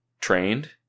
trained